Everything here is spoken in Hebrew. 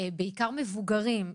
בעיקר מבוגרים,